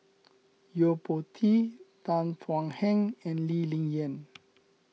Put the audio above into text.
Yo Po Tee Tan Thuan Heng and Lee Ling Yen